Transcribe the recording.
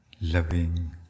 loving